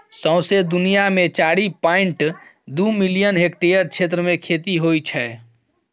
सौंसे दुनियाँ मे चारि पांइट दु मिलियन हेक्टेयर क्षेत्र मे खेती होइ छै